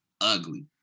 ugly